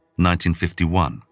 1951